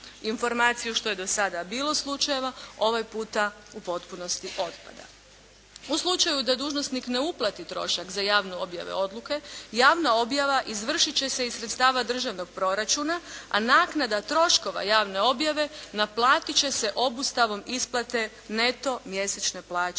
informaciju, što je do sada bilo slučajeva, ovaj puta u potpunosti otpada. U slučaju da dužnosnik ne uplati trošak za javnu objavu odluke, javna objava izvršit će se iz sredstava državnog proračuna, a naknada troškova javne objave naplatit će se obustavom isplate neto mjesečne plaće